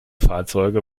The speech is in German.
fahrzeuge